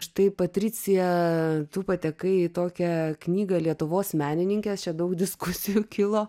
štai patricija tu patekai į tokią knygą lietuvos menininkės čia daug diskusijų kilo